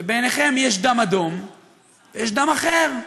שבעיניכם יש דם אדום ויש דם אחר.